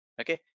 Okay